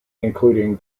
including